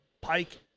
pike